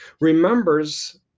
remembers